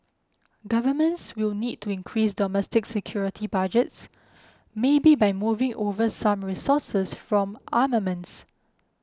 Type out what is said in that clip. governments will need to increase domestic security budgets maybe by moving over some resources from armaments